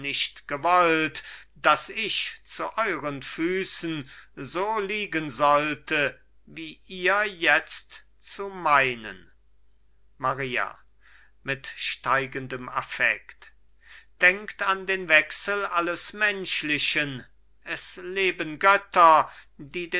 nicht gewollt daß ich zu euren füßen so liegen sollte wie ihr jetzt zu meinen maria mit steigendem affekt denkt an den wechsel alles menschlichen es leben götter die